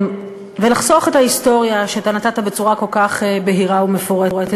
לחסוך את ההיסטוריה שאתה הבאת בצורה כל כך בהירה ומפורטת,